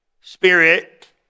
spirit